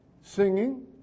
singing